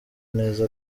neza